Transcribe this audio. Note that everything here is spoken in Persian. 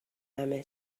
همه